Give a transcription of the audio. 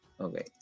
okay